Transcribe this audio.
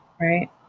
Right